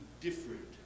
different